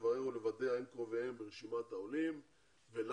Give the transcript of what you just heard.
לברר ולוודא האם קרוביהן ברשימת העולים ואם לא,